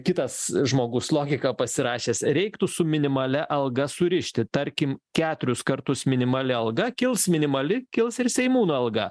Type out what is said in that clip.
kitas žmogus logika pasirašęs reiktų su minimalia alga surišti tarkim keturius kartus minimali alga kils minimali kils ir seimūnų alga